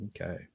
Okay